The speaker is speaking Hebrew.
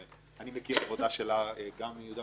אני מכיר עבודה גם ביהודה ושומרון,